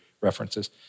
references